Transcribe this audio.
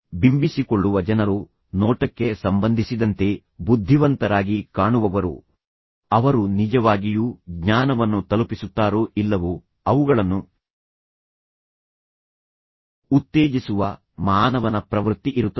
ಬಿಂಬಿಸಿಕೊಳ್ಳುವ ಜನರು ನೋಟಕ್ಕೆ ಸಂಬಂಧಿಸಿದಂತೆ ಬುದ್ಧಿವಂತರಾಗಿ ಕಾಣುವವರು ಅವರು ನಿಜವಾಗಿಯೂ ಜ್ಞಾನವನ್ನು ತಲುಪಿಸುತ್ತಾರೋ ಇಲ್ಲವೋ ಅವುಗಳನ್ನು ಉತ್ತೇಜಿಸುವ ಮಾನವನ ಪ್ರವೃತ್ತಿ ಇರುತ್ತದೆ